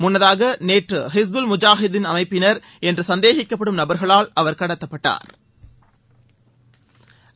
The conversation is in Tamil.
முன்னதாக நேற்று ஹிஸ்புல் முஜாஹீதின் அமைப்பின் என்று சந்தேகிக்கப்படும் நபர்களால் அவர் கடத்தப்பட்டா்